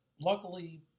luckily